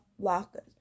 lockers